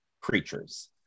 creatures